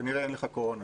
כנראה אין לך קורונה.